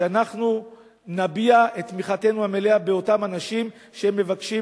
שאנחנו נביע את תמיכתנו המלאה באותם אנשים שמבקשים